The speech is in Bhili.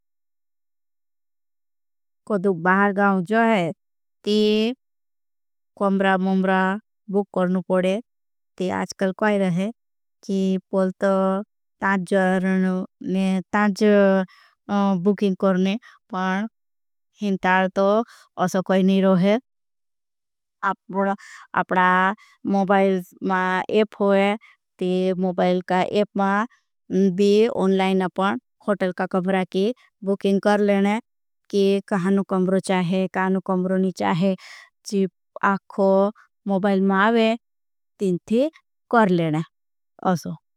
कोड़ूग बाहर गाउं जो है ती कम्बरा मंब्रा बुक करनु पड़े ती। आजकल कोई रहे की पोल तो ताँजर ने ताँजर बुकिंग करने। पण हिन ताल तो असा कोई नहीं रोहे अपना मोबाल मा एफ। होए ती मोबाल का एफ मा दी ओनलाइन अपन खोटल का। कम्बरा की बुकिंग कर लेने की कहानों कम्बरों चाहे कहानों। कम्बरों नी चाहे चीप आखो मोबाल मा आवे तीन थी कर लेने आसो।